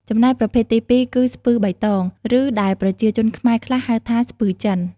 ចំណែកប្រភេទទីពីរគឺ ស្ពឺបៃតង ឬដែលប្រជាជនខ្មែរខ្លះហៅថា ស្ពឺចិន។